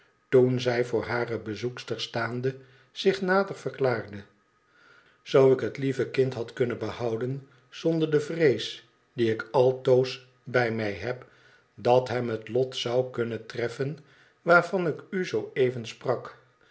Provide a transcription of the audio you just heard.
toen zij voor hare bezoekster staande zich nader verklaarde zoo ik het lieve kind had kunnen behouden zonder de vrees die ik altoos bij mij heb dat hem het lot zou kunnen treffen waarvan ik u zoo even sprak